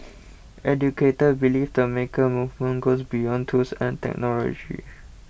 educators believe the maker movement goes beyond tools and technology